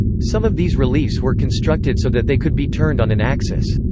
some of these reliefs were constructed so that they could be turned on an axis.